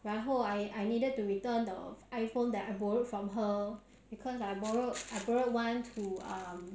然后 I I needed to return the iphone that I borrowed from her because I borrowed I borrowed one to uh